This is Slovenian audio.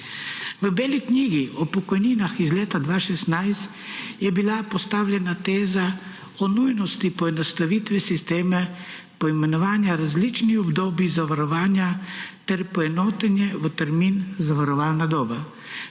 V beli knjigi o pokojninah iz leta 2016 je bila postavljena teza o nujnosti poenostavitve sistema poimenovanja različnih obdobij zavarovanja ter poenotenje v termin zavarovalna doba.